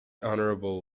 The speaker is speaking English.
honorable